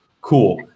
cool